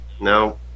No